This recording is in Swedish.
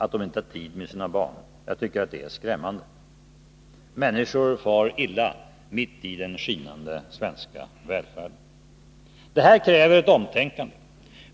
att de inte har tid med sina barn. Jag tycker att det är skrämmande. Människor far illa mitt i den skinande svenska välfärden. Detta kräver ett omtänkande.